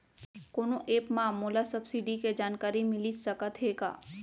कोनो एप मा मोला सब्सिडी के जानकारी मिलिस सकत हे का?